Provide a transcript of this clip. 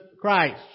Christ